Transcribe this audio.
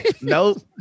Nope